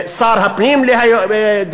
שר הפנים דהיום,